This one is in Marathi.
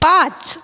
पाच